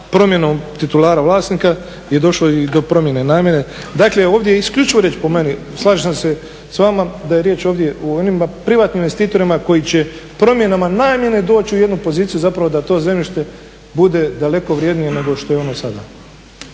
promjenom titulara vlasnika je došlo i do promjene namjene. Dakle ovdje je isključivo riječ po meni slažem se s vama da je riječ o privatnim investitorima koji će promjenama namjene doći u jednu poziciju da to zemljište bude daleko vrednije nego što je ono sada.